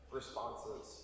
responses